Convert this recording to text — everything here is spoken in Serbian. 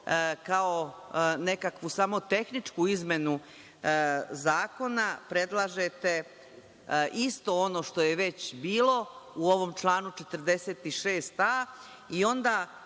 kao nekakvu samo tehničku izmenu zakona predlažete isto ono što je već bilo u ovom članu 46a i onda